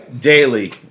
daily